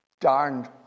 darned